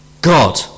God